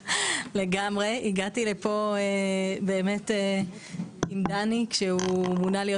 הגעתי לפה עם דני כשהוא מונה להיות